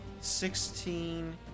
sixteen